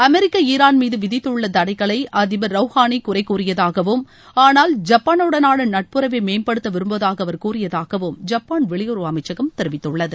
America Iran மீது விதித்துள்ள தடைகளை அதிபர் ரவ்ஹாளி குறைகூறியதாகவும் ஆனால் ஜப்பானுடனான நட்புறவை மேம்படுத்த விரும்புவதாக அவர் கூறியதாகவும் ஜப்பான் வெளியுறவு அமைச்சகம் தெரிவித்துள்ளார்